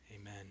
Amen